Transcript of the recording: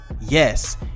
yes